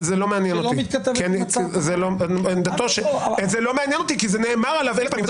זה לא מעניין אותי כי זה נאמר עליו אלף פעמים.